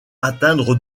atteindre